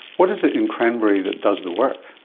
what is it in cranberry that does the work?